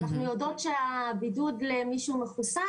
אנחנו יודעות שהבידוד למי שהוא מחוסן